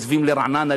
עוזבים לרעננה,